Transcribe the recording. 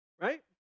Right